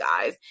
guys